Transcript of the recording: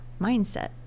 mindset